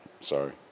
Sorry